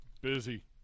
busy